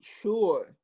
sure